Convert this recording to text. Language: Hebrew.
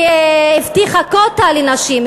הבטיחה קווטה לנשים,